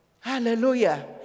Hallelujah